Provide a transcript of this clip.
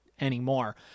anymore